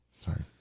Sorry